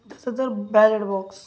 तसं जर ballot box